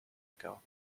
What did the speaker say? ago